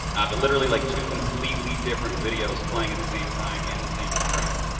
but literally like two completely different videos playing at the same time in the same frame.